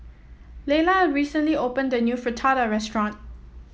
Lela recently opened a new Fritada restaurant